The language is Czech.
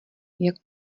jak